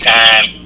time